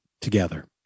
together